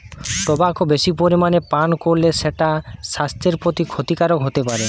tobacco বেশি পরিমাণে পান কোরলে সেটা সাস্থের প্রতি ক্ষতিকারক হোতে পারে